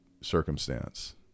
circumstance